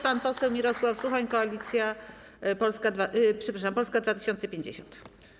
Pan poseł Mirosław Suchoń, Koalicja Polska, przepraszam, Polska 2050.